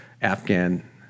Afghan